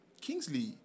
Kingsley